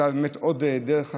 זאת הייתה באמת עוד דרך אחת,